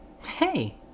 Hey